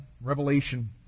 Revelation